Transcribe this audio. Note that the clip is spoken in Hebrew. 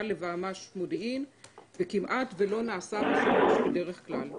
לוועמ"ש מודיעין וכמעט ולא נעשה בה שימוש בדרך כלל.